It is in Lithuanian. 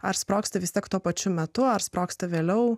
ar sprogsta vis tiek tuo pačiu metu ar sprogsta vėliau